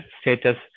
status